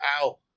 ow